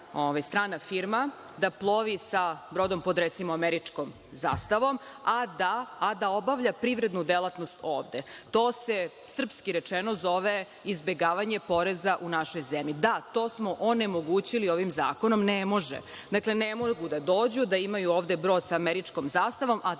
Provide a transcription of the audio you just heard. strana firma, da plovi brodom pod, recimo, američkom zastavom, a da obavlja privrednu delatnost ovde. To se, srpski rečeno, zove izbegavanje poreza u našoj zemlji. Da, to smo onemogućili ovim zakonom, ne mogu da dođu, da imaju ovde brod sa američkom zastavom, a